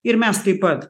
ir mes taip pat